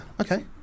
okay